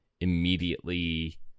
immediately